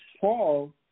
Paul